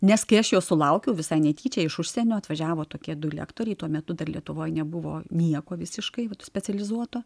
nes kai aš jos sulaukiau visai netyčia iš užsienio atvažiavo tokie du lektoriai tuo metu dar lietuvoj nebuvo nieko visiškai specializuoto